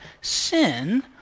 sin